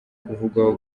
kuvugwaho